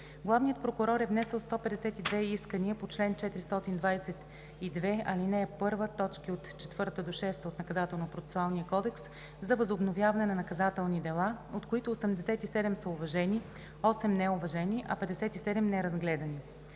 Главният прокурор е внесъл 152 искания по чл. 422, ал. 1, точки 4 – 6 от НПК за възобновяване на наказателни дела, от които 87 са уважени, 8 – неуважени, а 57 – неразгледани.